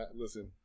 listen